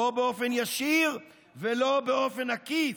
לא באופן ישיר ולא באופן עקיף,